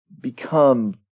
become